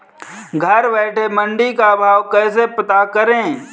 घर बैठे मंडी का भाव कैसे पता करें?